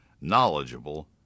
knowledgeable